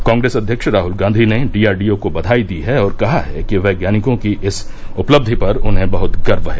कांग्रेस अध्यक्ष राहल गांधी ने डीआरडीओ को बवाई दी है और कहा है कि वैज्ञानिकों की इस उपलब्धि पर उन्हें बहत गर्व है